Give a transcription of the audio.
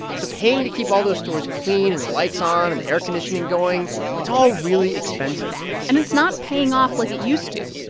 so paying to keep all those stores clean and the lights on and the air conditioning going it's all really expensive and it's not paying off like it used to.